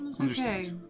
Okay